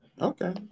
Okay